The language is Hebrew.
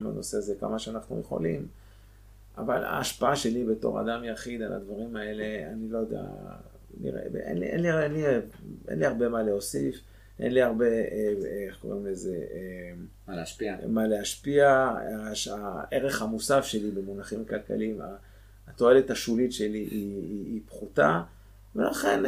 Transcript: בנושא הזה כמה שאנחנו יכולים, אבל ההשפעה שלי בתור אדם יחיד על הדברים האלה, אני לא יודע... נראה אין לי הרבה מה להוסיף, אין לי הרבה איך קוראים לזה... מה להשפיע, הערך המוסף שלי במונחים כלכליים התועלת השולית שלי היא פחותה, ולכן